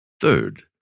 Third